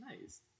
Nice